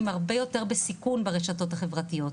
הן הרבה יותר בסיכון ברשתות החברתיות,